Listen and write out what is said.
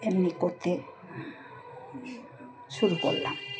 এমনি করতে শুরু করলাম